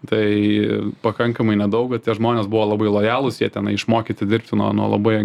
tai pakankamai nedaug bet tie žmonės buvo labai lojalūs jie tenai išmokyti dirbti nuo nuo labai